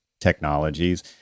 technologies